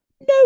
No